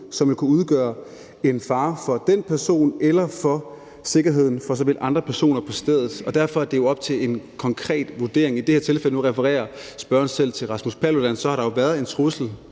som vil kunne udgøre en fare for den person eller for sikkerheden for andre personer på stedet. Derfor er det jo op til en konkret vurdering. I det her tilfælde, og nu refererer spørgeren selv til Rasmus Paludan, har man vurderet,